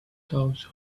those